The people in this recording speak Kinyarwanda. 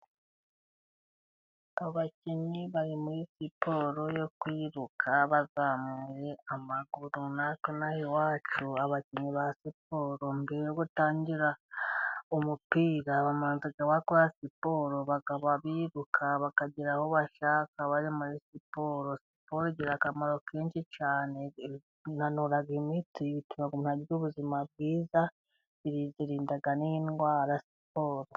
Abakinnyi bari muri siporo yo kwiruka bazamuye amaguru, natwe ino aha iwacu abakinnyi ba siporo mbere yo gutangira umupira, babanza bakora siporo bakaba biruka bakagera aho bashaka bari muri siporo. Siporo igira akamaro kenshi cyane, inanura imitsi ituma umuntu agira ubuzima bwiza irinda n'indwara siporo.